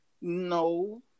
No